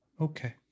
Okay